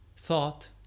thought